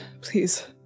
please